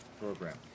program